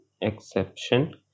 exception